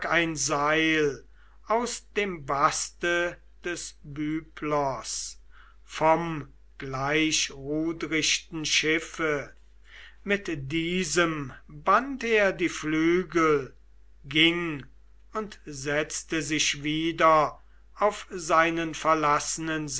ein seil aus dem baste des byblos vom gleichrudrichten schiffe mit diesem band er die flügel ging und setzte sich wieder auf seinen verlassenen